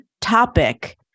topic